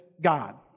God